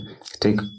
take